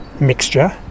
mixture